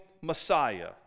Messiah